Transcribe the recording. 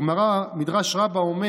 הגמרא אומרת במדרש רבה: